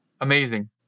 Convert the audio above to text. amazing